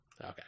okay